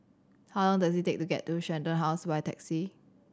how long does it take to get to Shenton House by taxi